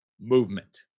movement